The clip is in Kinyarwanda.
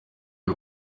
y’u